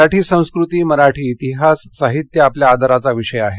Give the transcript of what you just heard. मराठी संस्कृती मराठी इतिहास साहित्य आपल्या आदराचा विषय आहे